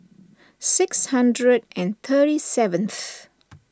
six hundred and thirty seventh